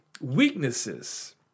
weaknesses